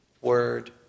Word